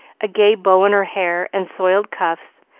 a gay bow in her hair and soiled cuffs,